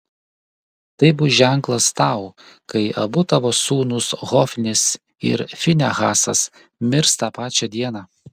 tai bus ženklas tau kai abu tavo sūnūs hofnis ir finehasas mirs tą pačią dieną